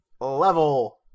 level